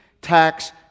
tax